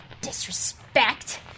disrespect